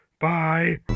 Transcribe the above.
Bye